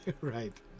Right